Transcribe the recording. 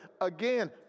Again